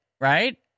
right